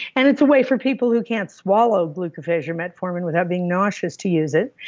and it's a way for people who can't swallow glucophage or metformin without being nauseous to use it.